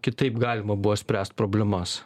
kitaip galima buvo spręst problemas